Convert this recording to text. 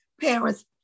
parents